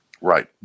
Right